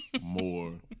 more –